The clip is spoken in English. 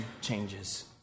changes